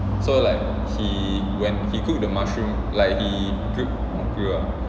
so like he when he cook the mushroom like he grill not grill ah